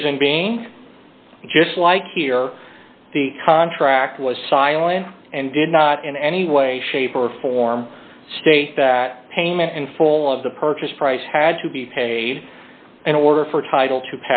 reason being just like here the contract was silent and did not in any way shape or form state that payment in full of the purchase price had to be paid and order for title two